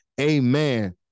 Amen